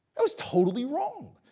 that was totally wrong.